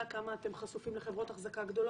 כמה אתם חשופים לחברות אחזקה גדולות?